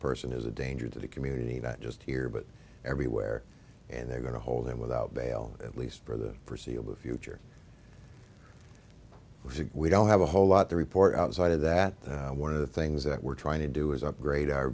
person is a danger to the community not just here but everywhere and they're going to hold him without bail at least for the forseeable future which we don't have a whole lot to report outside of that one of the things that we're trying to do is upgrade our